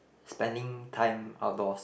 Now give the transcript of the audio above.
spending time outdoors